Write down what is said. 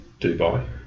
Dubai